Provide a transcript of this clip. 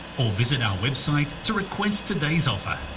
or visit our website to request today's offer.